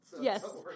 Yes